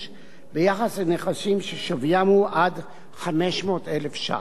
ביחס לנכסים ששוויים הוא עד 500,000 ש"ח,